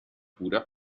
cura